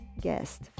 guest